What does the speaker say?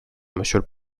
monsieur